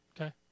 Okay